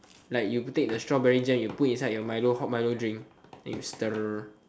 like you take the strawberry jam you put inside your milo hot milo drink then you stir